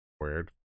Weird